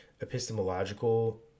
epistemological